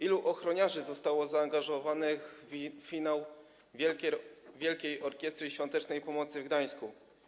Ilu ochroniarzy zostało zaangażowanych w finał Wielkiej Orkiestry Świątecznej Pomocy w Gdańsku?